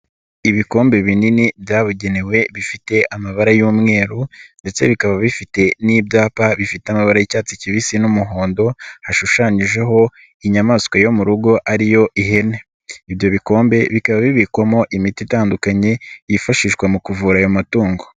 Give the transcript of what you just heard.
Ibikombe binini byabugenewe bifite amabara y'umweru ndetse bikaba bifite n'ibyapa bifite amaba y'icyatsi kibisi n'umuhondo, hashushanyijeho inyamaswa yo mu rugo ariyo ihene. Ibyombe bikaba bibikwamo imiti itandukanye yifashishwa mu kuvura ayo matungo.